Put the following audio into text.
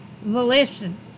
volition